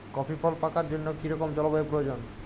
Coffee ফল পাকার জন্য কী রকম জলবায়ু প্রয়োজন?